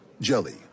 Jelly